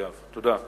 תודה.